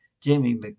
Jamie